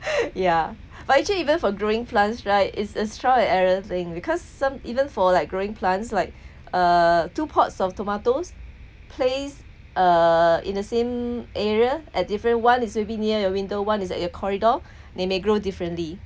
ya but actually even for growing plants right is a trial and error thing because some even for like growing plants like uh two pots of tomatoes placed uh in the same area at different one is maybe near the window one is at your corridor they may grow differently